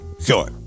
Sure